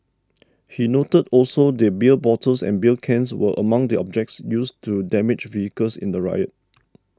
he noted also that beer bottles and beer cans were among the objects used to damage vehicles in the riot